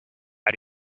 how